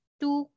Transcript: two